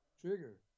trigger